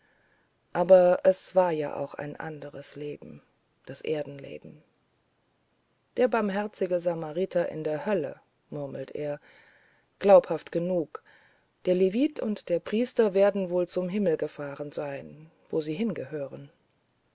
aber es war ja auch ein anderes leben das erdenleben der barmherzige samariter in der hölle murmelt er glaubhaft genug der levit und der priester werden wohl zum himmel gefahren sein wo sie hingehören